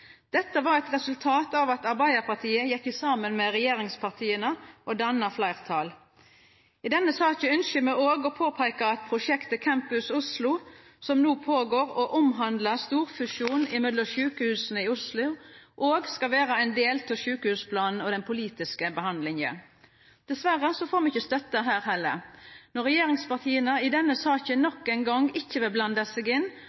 Dette var eit resultat av at Arbeidarpartiet gjekk saman med regjeringspartia og danna fleirtal. I denne saka ønskjer me å påpeika at prosjektet Campus Oslo, som no føregår og handlar om storfusjon mellom sjukehusa i Oslo, òg skal vera ein del av sjukehusplanen og den politiske behandlinga. Dessverre får me ikkje støtte her heller. Når regjeringspartia i denne saka nok ein gong ikkje vil blanda seg inn,